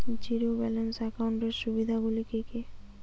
Zero balance একাউন্টের সুবিধা গুলি কি কি?